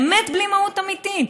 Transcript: באמת בלי מהות אמיתית.